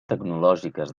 tecnològiques